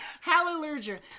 hallelujah